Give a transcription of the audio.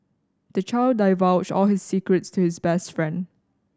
the child divulged all his secrets to his best friend